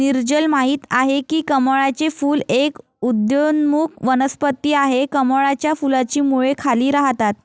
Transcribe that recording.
नीरजल माहित आहे की कमळाचे फूल एक उदयोन्मुख वनस्पती आहे, कमळाच्या फुलाची मुळे खाली राहतात